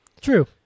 True